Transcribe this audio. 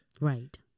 Right